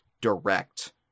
direct